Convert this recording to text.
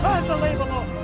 Unbelievable